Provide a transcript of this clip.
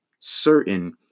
certain